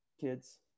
kids